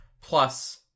plus